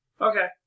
Okay